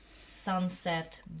sunset